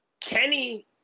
Kenny